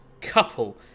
couple